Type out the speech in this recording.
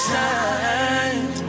time